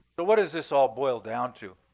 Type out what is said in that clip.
but what does this all boil down to?